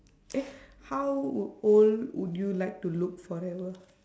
eh how old would you like to look forever